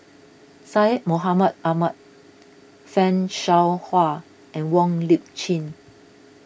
Syed Mohamed Ahmed Fan Shao Hua and Wong Lip Chin